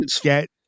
get